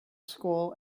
school